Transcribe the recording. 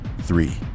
Three